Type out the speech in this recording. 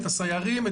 את הסיירים,